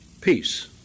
peace